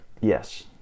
Yes